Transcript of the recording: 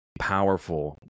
powerful